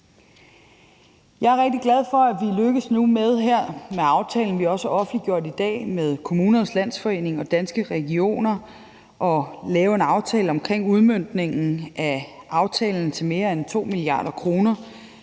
Jeg er rigtig glad for, at vi nu her med aftalen, som vi også har offentliggjort i dag, med Kommunernes Landsforening og Danske Regioner er lykkedes med at lave en aftale omkring udmøntningen af aftalen til mere end 2 mia. kr.,